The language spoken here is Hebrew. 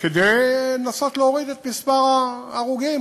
כדי לנסות ולהוריד את מספר ההרוגים.